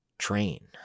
train